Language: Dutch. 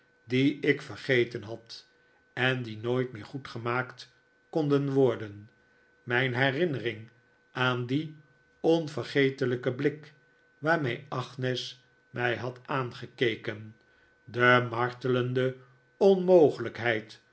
die ik vergeten had en die nooit meer goedgemaakt konden worden mijn herinnering aan dien onvergetelijken blik waarmee agnes mij had aangekeken de martelende onmogelijkheid